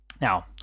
Now